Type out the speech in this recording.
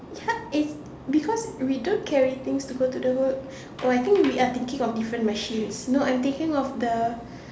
ya it's because we don't carry things to go the road oh I think we are thinking of different machines no I'm thinking of the